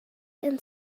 and